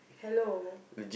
hello